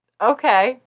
Okay